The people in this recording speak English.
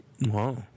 Wow